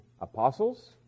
apostles